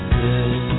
good